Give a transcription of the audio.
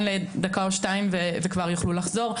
לדקה או שתיים ולאחר מכן יוכלו לחזור.